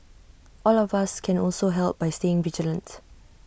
all of us can also help by staying vigilant